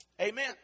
Amen